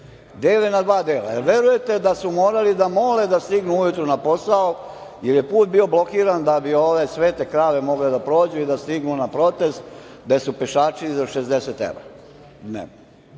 dela. Jel verujete da su morali da mole da stignu ujutru na posao, jer je put bio blokiran, da bi ove svete krave mogle da prođu i da stignu na protest, gde su pešačili za 60 evra?